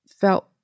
felt